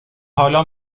حالا